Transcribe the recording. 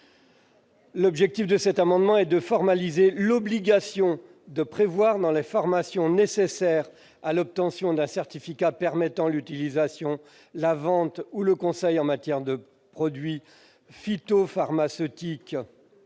L'objet de cet amendement est de formaliser l'obligation de prévoir l'inclusion, dans les formations nécessaires à l'obtention du certificat permettant l'utilisation, la vente ou le conseil en matière de produits phytopharmaceutiques-